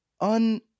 un